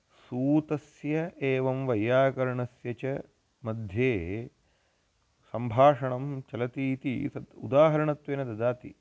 सूतस्य एवं वैयाकरणस्य च मध्ये सम्भाषणं चलति इति तत् उदाहरणत्वेन ददाति